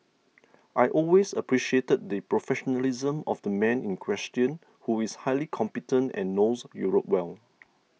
I always appreciated the professionalism of the man in question who is highly competent and knows Europe well